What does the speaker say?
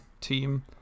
team